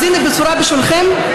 אז הינה בשורה בשבילכם,